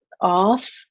off